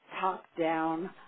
top-down